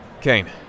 Kane